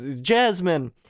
Jasmine